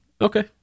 okay